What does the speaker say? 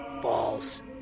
falls